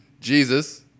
Jesus